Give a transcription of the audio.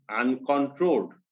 uncontrolled